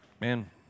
man